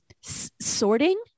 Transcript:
sorting